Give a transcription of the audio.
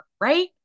right